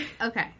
Okay